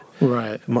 right